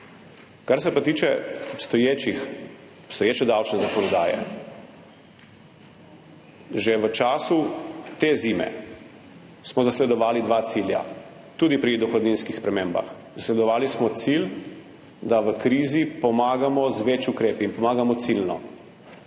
Kar se pa tiče obstoječe davčne zakonodaje, že v času te zime smo zasledovali dva cilja tudi pri dohodninskih spremembah. Zasledovali smo cilj, da v krizi pomagamo z več ukrepi in pomagamo ciljno.